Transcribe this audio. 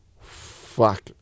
fuck